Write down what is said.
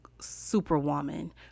superwoman